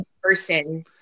person